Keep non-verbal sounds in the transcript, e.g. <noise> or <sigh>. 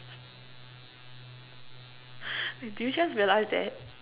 <laughs> did you just realize that